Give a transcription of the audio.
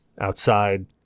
outside